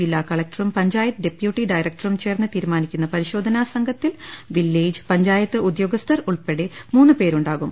ജില്ലാ കല ക്ടറും പഞ്ചായത്ത് ഡെപ്യൂട്ടി ഡയറ്ക്ടറും ചേർന്ന് തീരുമാനി ക്കുന്ന പരിശോധനാ സംഘത്തിൽ വില്ലേജ് പഞ്ചായത്ത് ഉദ്യോ ഗസ്ഥർ ഉൾപ്പെടെ മൂന്ന് പേരുണ്ടാകും